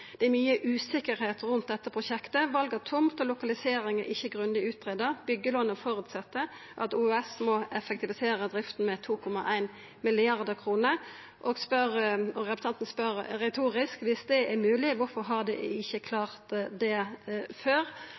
«Det er mye usikkerhet rundt dette prosjektet. Valg av tomt og lokalisering er ikke grundig utredet, og byggelånet forutsetter at Oslo universitetssykehus må effektivisere driften med 2,1 milliarder.» Representanten spør retorisk: «Hvis det er mulig, hvorfor har de ikke klart det før?»